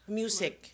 music